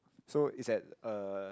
so it's at uh